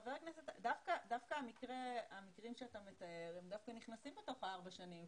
דווקא המקרים שאתה מתאר הם דווקא נכנסים בתוך הארבע שנים.